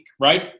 right